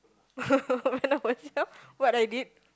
not myself what I did